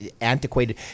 antiquated